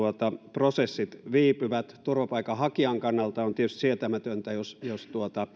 prosessit viipyvät turvapaikanhakijan kannalta on tietysti sietämätöntä jos jos